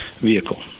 vehicle